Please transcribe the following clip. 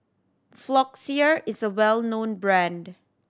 Floxia is a well known brand